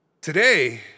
Today